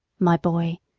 my boy,